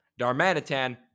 Darmanitan